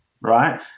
right